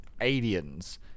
aliens